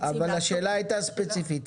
אבל השאלה הייתה ספציפית.